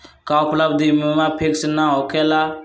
का उपलब्ध बीमा फिक्स न होकेला?